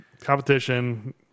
competition